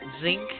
zinc